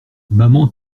maman